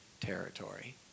territory